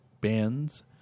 bands